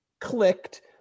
clicked